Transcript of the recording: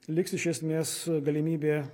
liks iš esmės galimybė